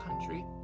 Country